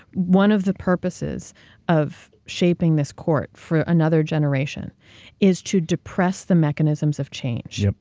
one of the purposes of shaping this court for another generation is to depress the mechanisms of change. yup.